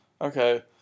Okay